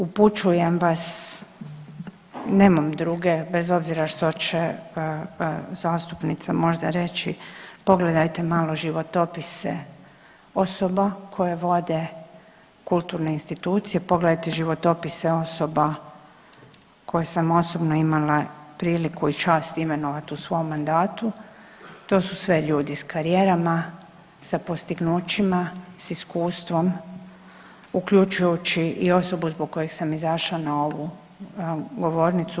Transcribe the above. Upućujem vas, nemam druge bez obzira što će zastupnica možda reći pogledajte malo životopise osoba koje vode kulturne institucije, pogledajte životopise osoba koje sam osobno imala priliku i čast imenovati u svom mandatu, to su sve ljudi sa karijerama, sa postignućima, sa iskustvom uključujući i osobu zbog koje sam izašla za ovu govornicu.